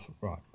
Right